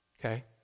Okay